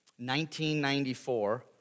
1994